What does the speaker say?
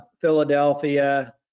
Philadelphia